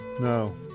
No